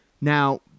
Now